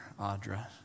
Audra